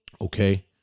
okay